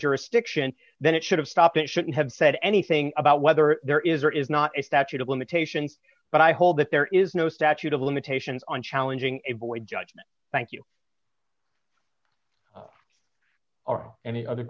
jurisdiction then it should have stopped and shouldn't have said anything about whether there is or is not a statute of limitations but i hold that there is no statute of limitations on challenging a void judgment thank you or any other